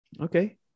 Okay